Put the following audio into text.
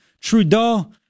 Trudeau